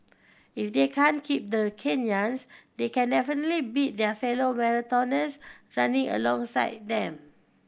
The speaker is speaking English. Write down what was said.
if they can't keep the Kenyans they can definitely beat their fellow marathoners running alongside them